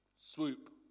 swoop